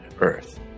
earth